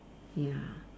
ya